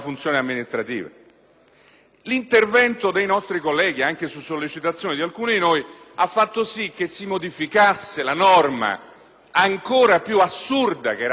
L'intervento dei nostri colleghi, anche su sollecitazione di alcuni di noi, ha fatto sì che si modificasse la norma ancora più assurda che era stata definita